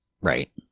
right